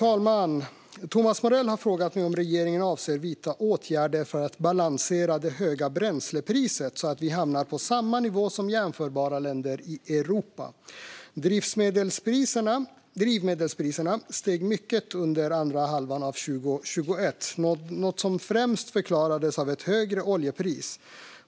Fru talman! har frågat mig om regeringen avser att vidta åtgärder för att balansera det höga bränslepriset så att vi hamnar på samma nivå som jämförbara länder i Europa. Drivmedelspriserna steg mycket under andra halvan av 2021, något som främst förklarades av ett högre oljepris.